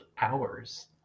hours